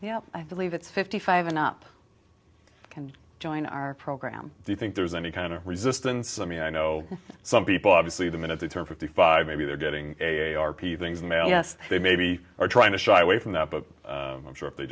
yeah i believe it's fifty five and up can join our program do you think there's any kind of resistance i mean i know some people obviously the minute they turn fifty five maybe they're getting a r p things mail yes they maybe are trying to shy away from that but i'm sure if they